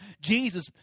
Jesus